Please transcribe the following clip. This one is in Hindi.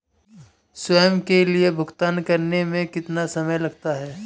स्वयं के लिए भुगतान करने में कितना समय लगता है?